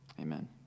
amen